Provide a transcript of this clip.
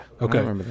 Okay